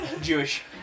Jewish